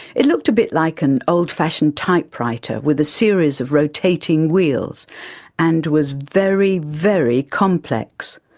it looked a bit like an old fashioned typewriter with a series of rotating wheels and was very, very complex.